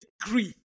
degree